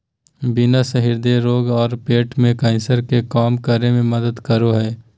beans हृदय रोग आरो पेट के कैंसर के कम करे में मदद करो हइ